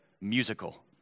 musical